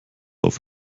auf